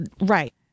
Right